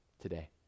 today